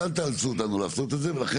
אז אל תיאלצו אותנו לעשות את זה ולכן